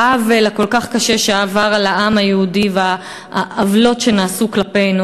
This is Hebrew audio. בעוול הכל-כך קשה שעבר על העם היהודי והעוולות שנעשו כלפינו,